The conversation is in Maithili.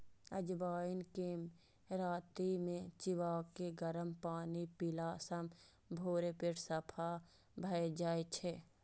अजवाइन कें राति मे चिबाके गरम पानि पीला सं भोरे पेट साफ भए जाइ छै